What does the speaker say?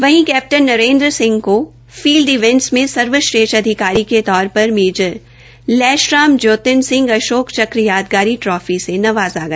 वहीं कैप्टन नरेन्द्र को field events मे सर्वश्रेष्ठ अधिकारी के तौर पर मेजर लैशराम ज्योतिन सिंह अशोक चक्र यादगारी ट्रॉफी से नवाज़ा गया